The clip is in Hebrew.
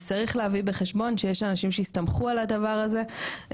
אז צריך להביא בחשבון שיש אנשים שהסתמכו על הדבר הזה,